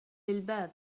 الباب